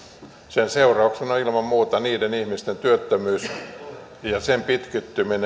seurauksena on ilman muuta niiden ihmisten työttömyys ja sen pitkittyminen